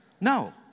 No